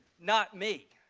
not me.